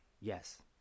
Yes